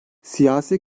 siyasi